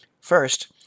First